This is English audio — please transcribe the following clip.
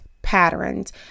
patterns